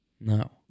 No